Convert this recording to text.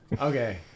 Okay